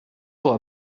jours